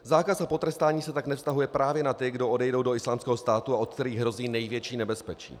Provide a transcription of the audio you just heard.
Zákaz a potrestání se tak nevztahuje právě na ty, kdo odejdou do Islámského státu a od kterých hrozí největší nebezpečí.